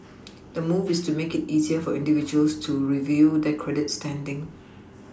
the move is to make it easier for individuals to review their credit standing